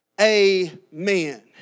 Amen